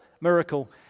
miracle